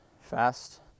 fast